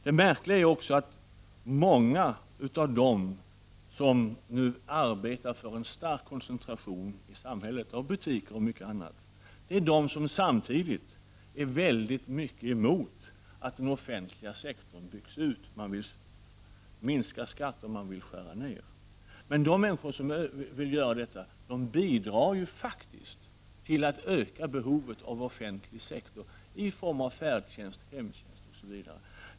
Det är också märkligt att många av dem som nu arbetar för en stark koncentration i samhället av butiker och mycket annat är de som samtidigt är mycket emot att den offentliga sektorn byggs ut. Man vill minska skatter och skära ned. Men de människor som vill göra detta bidrar faktiskt till ett ökat behov av den offentliga sektorn i form av färdtjänst, hemtjänst osv.